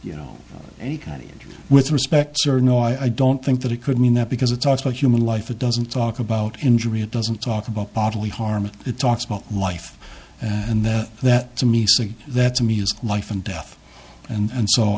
you know any kind of injury with respect sir no i don't think that it could mean that because it talks about human life it doesn't talk about injury it doesn't talk about bodily harm it talks about life and that to me saying that to me is life and death and